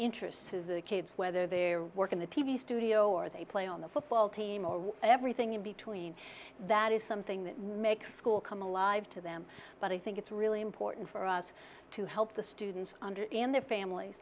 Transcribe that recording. interest to the kids whether they're work in the t v studio or they play on the football team or everything in between that is something that makes school come alive to them but i think it's really important for us to help the students understand their families